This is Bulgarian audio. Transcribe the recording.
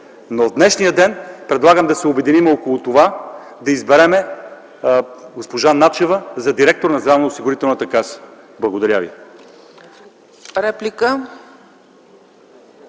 Но в днешния ден предлагам да се обединим около това да изберем госпожа Начева за директор на